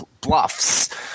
Bluffs